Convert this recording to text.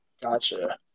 Gotcha